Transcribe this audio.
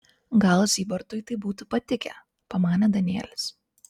gal zybartui tai būtų patikę pamanė danielis